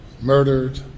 murdered